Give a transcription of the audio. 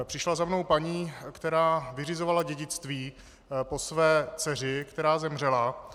Přišla za mnou paní, která vyřizovala dědictví po své dceři, která zemřela.